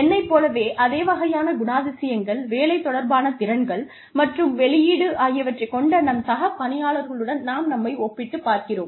என்னைப் போலவே அதே வகையான குணாதிசயங்கள் வேலை தொடர்பான திறன்கள் மற்றும் வெளியீடு ஆகியவற்றைக் கொண்ட நம் சக பணியாளர்களுடன் நாம் நம்மை ஒப்பிட்டு பார்க்கிறோம்